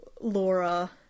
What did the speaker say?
Laura